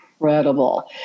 incredible